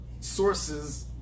sources